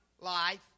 life